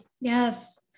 Yes